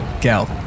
Gal